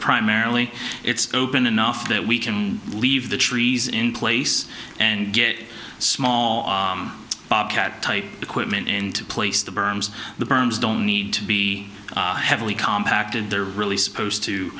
primarily it's open enough that we can leave the trees in place and get small bobcat type equipment into place the berms the berms don't need to be heavily compact and they're really supposed to